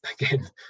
again